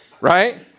Right